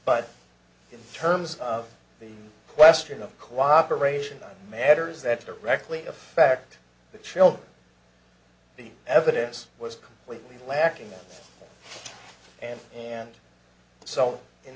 but in terms of the question of cooperation on matters that directly affect the children the evidence was completely lacking and and